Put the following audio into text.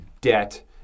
debt